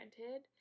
granted